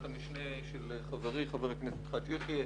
המשנה ברשות חברי חבר הכנסת חאג' יחיא,